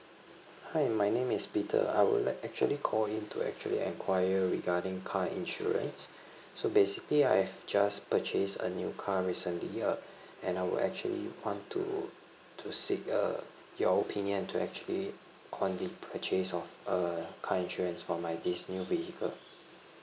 hi my name is peter I would like actually call in to actually enquire regarding car insurance so basically I've just purchased a new car recently uh and I would actually want to to seek uh your opinion to actually on the purchase of a car insurance for my this new vehicle